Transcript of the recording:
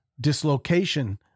dislocation